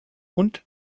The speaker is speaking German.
und